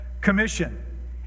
commission